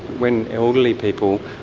when elderly people,